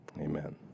amen